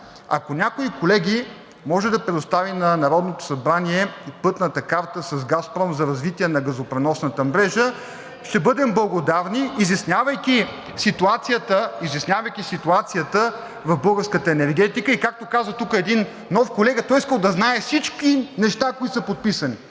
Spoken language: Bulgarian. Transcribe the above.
ако някои колеги могат да предоставят на Народното събрание Пътната карта с „Газпром“ за развитие на газопреносната мрежа, ще бъдем благодарни, изяснявайки ситуацията в българската енергетика, и както каза тук един нов колега, той искал да знае всички неща, които са подписани.